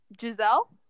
Giselle